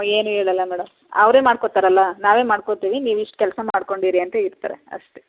ಏನು ಹೇಳೋಲ್ಲ ಮೇಡಮ್ ಅವರೆ ಮಾಡ್ಕೊಳ್ತಾರಲ್ಲ ನಾವೇ ಮಾಡ್ಕೊಳ್ತೀವಿ ನೀವಿಷ್ಟು ಕೆಲಸ ಮಾಡ್ಕೊಂಡು ಇರಿ ಅಂತ ಇರ್ತಾರೆ ಅಷ್ಟೆ